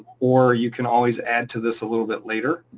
or you can always add to this a little bit later,